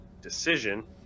decision